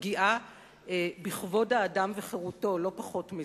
פגיעה בכבוד האדם וחירותו, לא פחות מזה,